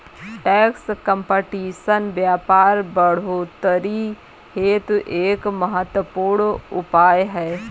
tax competition व्यापार बढ़ोतरी हेतु एक महत्वपूर्ण उपाय है